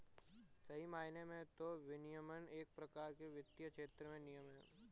सही मायने में तो विनियमन एक प्रकार का वित्तीय क्षेत्र में नियम है